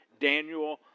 Daniel